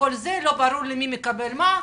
לא ברור מי מקבל מה?